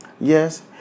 Yes